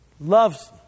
Loves